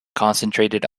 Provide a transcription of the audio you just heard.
concentrated